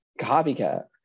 copycat